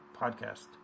Podcast